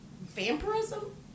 vampirism